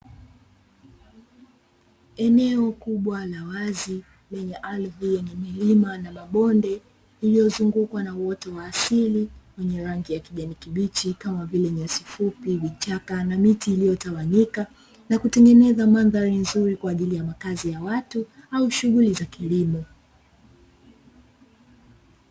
Eneo kubwa la wazi lenye ardhi na mabonde iliyozungukwa na uoto wa asili wenye rangi ya kijani kibichi kama vile nyasi fupi, vichaka na miti iliyotawanyika na kutengeneza mandhari nzuri kwa ajili ya makazi ya watu au shughuli za kilimo.